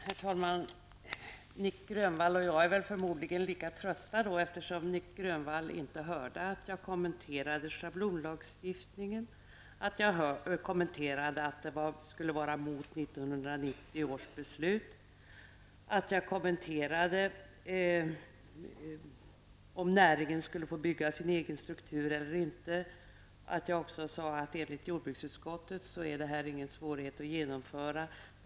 Herr talman! Nic Grönvall är väl förmodligen lika trött som jag, eftersom Nic Grönvall inte hörde att jag kommenterade schablonlagstiftningen, att jag kommenterade att det skulle vara emot 1990 års beslut, att jag kommenterade om näringen skulle få bygga sin egen struktur eller inte och att jag också sade att enligt jordbruksutskottet är det inga svårigheter att genomföra det här.